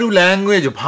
language